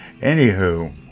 anywho